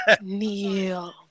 Neil